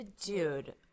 dude